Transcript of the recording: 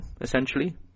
essentially